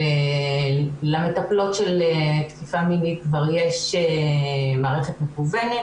למטפלות של תקיפה מינית כבר יש מערכת מקוונת.